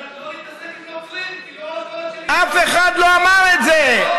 לא נתעסק עם נוצרים כי, אף אחד לא אמר את זה.